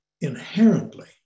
inherently